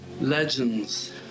Legends